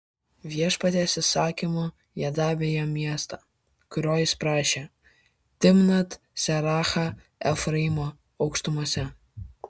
viešpaties įsakymu jie davė jam miestą kurio jis prašė timnat serachą efraimo aukštumose